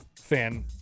fan